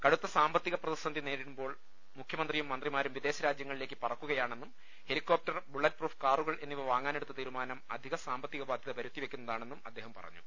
കടുത്ത സാമ്പത്തിക പ്രതിസന്ധി നേരിടു മ്പോൾ മുഖ്യമന്ത്രിയും മന്ത്രിമാരും വിദേശ രാജ്യങ്ങളിലേക്ക് പറ ക്കുകയാണെന്നും ഹെലികോപ്റ്റർ ബുള്ളറ്റ് പ്രൂഫ് കാറുകൾ എന്നിവ വാങ്ങാനെടുത്ത തീരുമാനം അധിക സാമ്പത്തിക ബാധ്യത വരുത്തിവെക്കുന്നതാണെന്നും അദ്ദേഹം പറഞ്ഞു